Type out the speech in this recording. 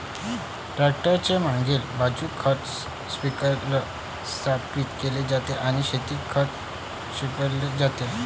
tractor च्या मागील बाजूस खत स्प्रिंकलर स्थापित केले जाते आणि शेतात खत शिंपडले जाते